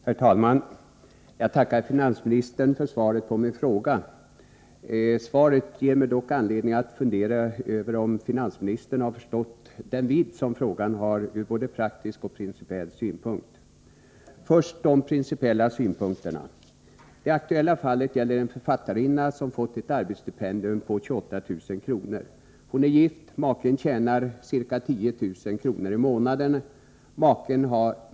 Herr talman! Jag tackar finansministern för svaret på min fråga. Svaret ger mig dock anledning att fundera över om finansministern har förstått den vidd som frågan har ur både praktisk och principiell synpunkt. Jag skall först ta upp de principiella synpunkterna. Det aktuella fallet gäller en författarinna som fått ett arbetsstipendium på 28000 kr. Hon är gift, och maken tjänar ca 10000 kr. i månaden.